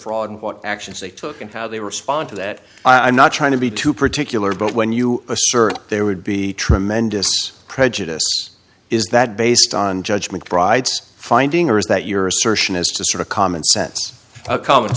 fraud and what actions they took and how they respond to that i'm not trying to be too particular but when you assert there would be tremendous prejudice is that based on judgment brides finding or is that your assertion is to sort of common sense a common